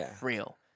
real